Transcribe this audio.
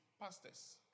pastors